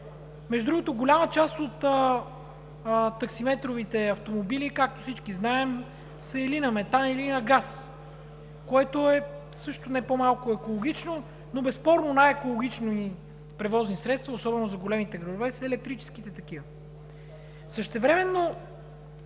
Между другото, голяма част от таксиметровите автомобили, както всички знаем, са или на метан, или на газ, което е също не по-малко екологично, но безспорно най-екологични превозни средства, особено за големите градове, са електрическите такива.